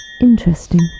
Interesting